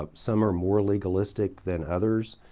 ah some are more legalistic than others.